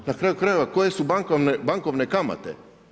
Na kraju krajeva koje su bankovne kamate?